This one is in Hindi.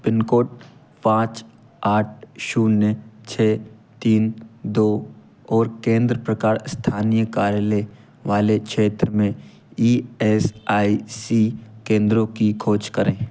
पिन कोड पाँच आठ शून्य छः तीन दो और केंद्र प्रकार स्थानीय कार्यालय वाले क्षेत्र में ई एस आई सी केंद्रों की खोज करें